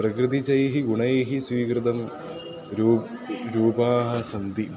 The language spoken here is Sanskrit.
प्राकृतिकैः गुणैः स्वीकृतं रूपाणि रूपाणि सन्ति